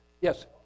yes